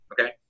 okay